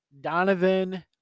Donovan